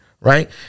right